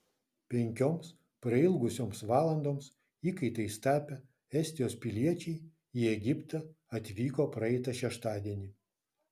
penkioms prailgusioms valandoms įkaitais tapę estijos piliečiai į egiptą atvyko praeitą šeštadienį